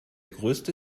größte